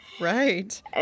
Right